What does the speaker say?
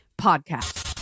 podcast